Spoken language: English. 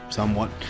somewhat